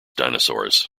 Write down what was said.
dinosaurs